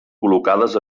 col·locades